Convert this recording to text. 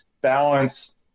balance